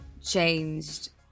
changed